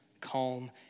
calm